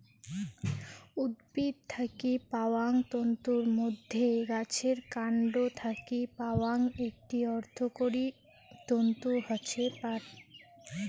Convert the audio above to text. উদ্ভিদ থাকি পাওয়াং তন্তুর মইধ্যে গাছের কান্ড থাকি পাওয়াং একটি অর্থকরী তন্তু হসে পাট